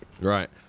Right